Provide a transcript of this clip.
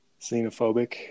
Xenophobic